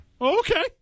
Okay